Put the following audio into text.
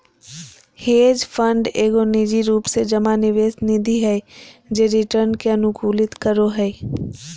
hedge fund एगो निजी रूप से जमा निवेश निधि हय जे रिटर्न के अनुकूलित करो हय